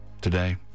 today